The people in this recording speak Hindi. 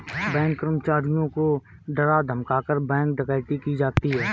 बैंक कर्मचारियों को डरा धमकाकर, बैंक डकैती की जाती है